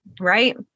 Right